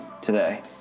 today